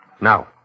Now